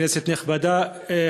כנסת נכבדה,